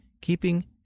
keeping